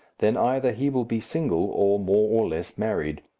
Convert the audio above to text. then either he will be single or more or less married.